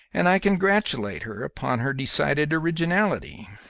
and i congratulate her upon her decided originality.